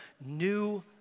new